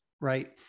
right